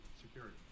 security